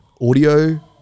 audio